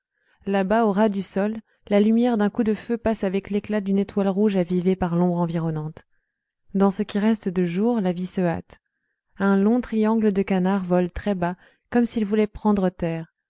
là-bas au ras du sol la lumière d'un coup de feu passe avec l'éclat d'une étoile rouge avivée par l'ombre environnante dans ce qui reste de jour la vie se hâte un long triangle de canards vole très bas comme s'ils voulaient prendre terre